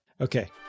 Okay